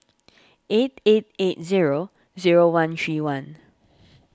eight eight eight zero zero one three one